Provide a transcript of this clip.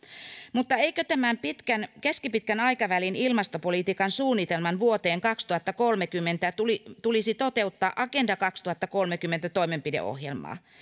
mutta eikö tämän keskipitkän aikavälin ilmastopolitiikan suunnitelman vuoteen kaksituhattakolmekymmentä tulisi toteuttaa agenda kaksituhattakolmekymmentä toimenpideohjelmaa